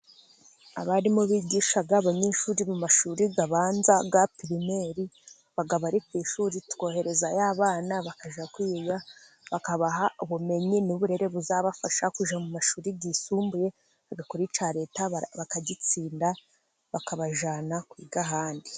Abarimu bigisha abanyeshuri mu mashuri abanza ya pirimeri, baba bari ku ishuri tukoherezayo abana, bakajya kwiga. Bakabaha ubumenyi n'uburere buzabafasha kujya mu mashuri yisumbuye, bagakora icya Leta bakagitsinda bakabajyana kwiga ahandi.